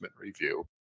Review